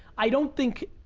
i don't think,